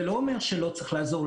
זה לא אומר שלא צריך לעזור,